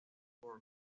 por